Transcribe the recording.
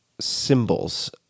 symbols